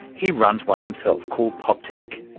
he runs one himself called poptech.